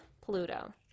Pluto